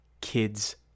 Kids